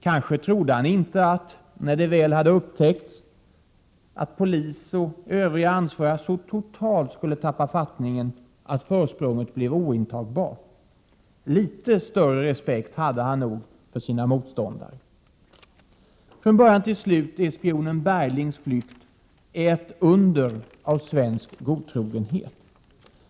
Kanske trodde han inte att — när detta väl hade upptäckts — polis och övriga ansvariga så totalt skulle tappa fattningen att försprånget blev ointagbart. Litet större respekt hade han nog för sina motståndare. Från början till slut är spionen Berglings flykt ett under av svensk godtrogenhet.